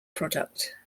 product